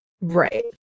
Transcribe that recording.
Right